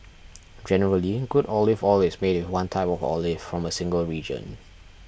generally good olive oil is made with one type of olive from a single region